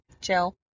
Chill